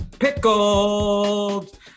pickled